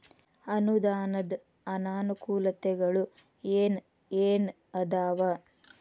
ಅನುದಾನದ್ ಅನಾನುಕೂಲತೆಗಳು ಏನ ಏನ್ ಅದಾವ?